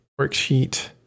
worksheet